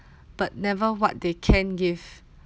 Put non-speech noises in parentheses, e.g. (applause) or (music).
(breath) but never what they can't give